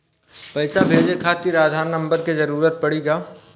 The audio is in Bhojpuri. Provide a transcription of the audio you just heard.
पैसे भेजे खातिर आधार नंबर के जरूरत पड़ी का?